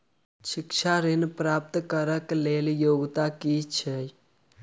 शिक्षा ऋण प्राप्त करऽ कऽ लेल योग्यता की छई?